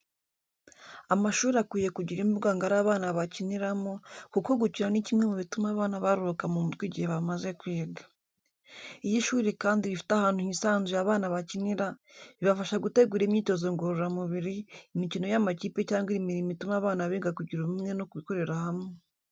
Amashuri akwiye kugira imbuga ngari abana bakiniramo, kuko gukina ni kimwe mu bituma abana baruhuka mu mutwe igihe bamaze kwiga. Iyo ishuri kandi rifite ahantu hisanzuye abana bakinira, bibafasha gutegura imyitozo ngororamubiri, imikino y'amakipe cyangwa imirimo ituma abana biga kugira ubumwe no gukorera hamwe.